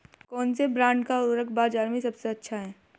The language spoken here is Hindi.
कौनसे ब्रांड का उर्वरक बाज़ार में सबसे अच्छा हैं?